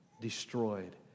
destroyed